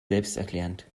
selbsterklärend